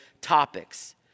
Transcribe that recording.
topics